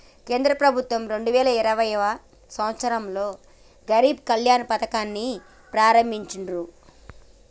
కేంద్ర ప్రభుత్వం రెండు వేల ఇరవైయవ సంవచ్చరంలో గరీబ్ కళ్యాణ్ పథకాన్ని ప్రారంభించిర్రు